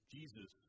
Jesus